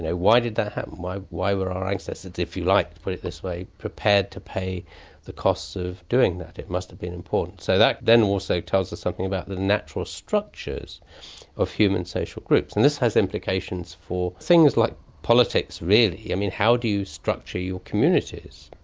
why why did that happen, why were our ancestors, if you like to put it this way, prepared to pay the costs of doing that? it must have been important. so that then also so tells us something about the natural structures of human social groups. and this has implications for. things like politics really. i mean, how do you structure your communities?